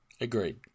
Agreed